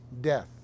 death